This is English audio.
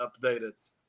updated